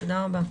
תודה רבה.